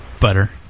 Butter